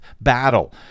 battle